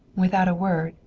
without a word,